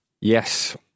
Yes